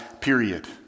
period